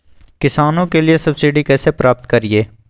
किसानों के लिए सब्सिडी कैसे प्राप्त करिये?